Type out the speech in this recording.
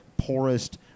poorest